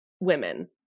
women